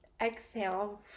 exhale